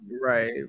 Right